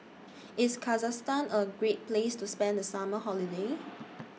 IS Kazakhstan A Great Place to spend The Summer Holiday